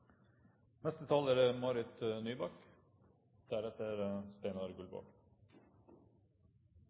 Neste taler er